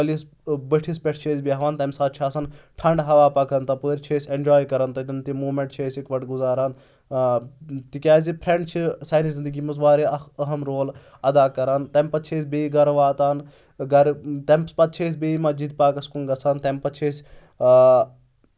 کۄلہِ بٔٹھِس پؠٹھ چھِ أسۍ بیٚہوان تمہِ ساتہٕ چھِ آسان ٹھنٛڈٕ ہوا پَکان تَپٲرۍ چھِ أسۍ اؠنجاے کران تتؠن تہِ موٗمؠنٛٹ چھِ أسۍ اِکٹھ گُزاران تِکیازِ فرٛؠنٛڈ چھِ سانہِ زندگی منٛز واریاہ اکھ أہم رول اَدا کَران تَمہِ پَتہٕ چھِ أسۍ بیٚیہِ گرٕ واتان گرٕ تمہِ پَتہٕ چھِ أسۍ بیٚیہِ مَسجِد پاکَس کُن گژھان تمہِ پتہٕ چھِ أسۍ آ